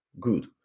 Good